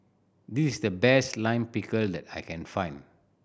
this is the best Lime Pickle that I can find